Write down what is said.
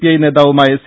I നേതാവുമായ C